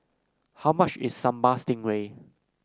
how much is Sambal Stingray